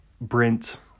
Brent